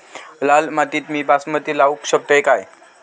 लाल मातीत मी बासमती लावू शकतय काय?